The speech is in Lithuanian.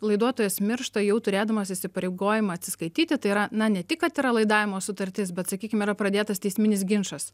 laiduotojas miršta jau turėdamas įsipareigojimą atsiskaityti tai yra na ne tik kad yra laidavimo sutartis bet sakykim yra pradėtas teisminis ginčas